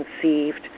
conceived